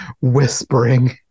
whispering